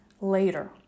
later